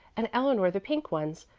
and eleanor the pink ones,